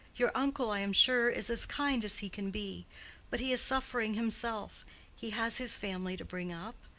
your uncle, i am sure, is as kind as he can be but he is suffering himself he has his family to bring up.